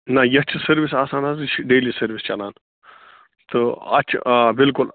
نہَ یَتھ چھِ سٔروِس آسان حظ یہِ چھُ ڈیٚلی سٔروِس چَلان تہٕ اَتھ چھِ آ بلکُل